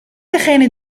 degene